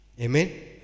Amen